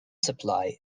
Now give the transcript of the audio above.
supply